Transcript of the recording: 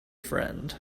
friend